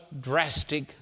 drastic